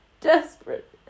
desperate